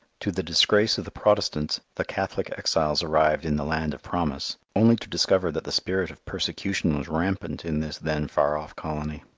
to the disgrace of the protestants, the catholic exiles arrived in the land of promise only to discover that the spirit of persecution was rampant in this then far-off colony.